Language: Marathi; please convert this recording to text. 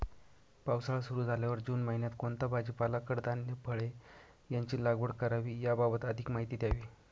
पावसाळा सुरु झाल्यावर जून महिन्यात कोणता भाजीपाला, कडधान्य, फळे यांची लागवड करावी याबाबत अधिक माहिती द्यावी?